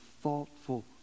thoughtful